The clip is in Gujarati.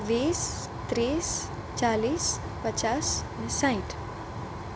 વીસ ત્રીસ ચાલીસ પચાસ ને સાઈઠ